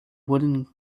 wooden